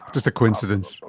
just a coincidence.